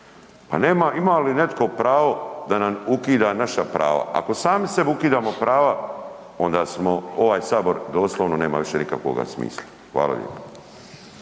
zastupnike, ima li netko pravo da nam ukida naša prava? Ako sami sebi ukidamo prava onda smo ovaj Sabor doslovno nema više nikakvog smisla. Hvala lijepo.